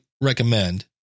recommend